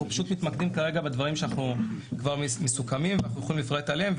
אנחנו פשוט מתמקדים כרגע בדברים שכבר מסוכמים ואנחנו יכולים לפרט עליהם.